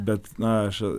bet na aš